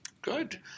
Good